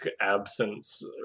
absence